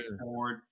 forward